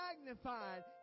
magnified